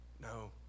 No